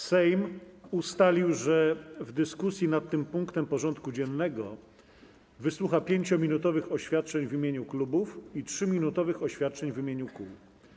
Sejm ustalił, że w dyskusji nad tym punktem porządku dziennego wysłucha 5-minutowych oświadczeń w imieniu klubów i 3-minutowych oświadczeń w imieniu kół.